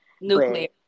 Nuclear